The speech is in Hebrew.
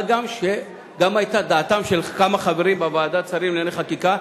מה גם שגם היתה דעתם של כמה חברים בוועדת שרים לענייני חקיקה,